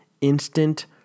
Instant